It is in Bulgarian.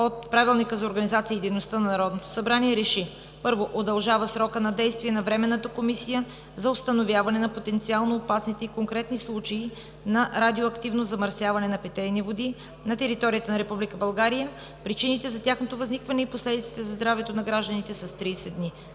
от Правилника за организацията и дейността на Народното събрание РЕШИ: 1. Удължава срока на действие на Временната комисия за установяване на потенциално опасните и конкретни случаи на радиоактивно замърсяване на питейни води на територията на Република България, причините за тяхното възникване и последиците за здравето на гражданите с 30 дни.